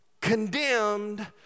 condemned